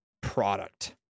product